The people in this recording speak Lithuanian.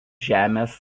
žemės